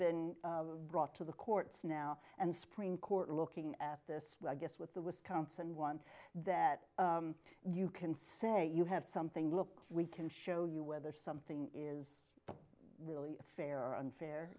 been brought to the courts now and spring in court looking at this i guess with the wisconsin one that you can say you have something look we can show you whether something is really fair or unfair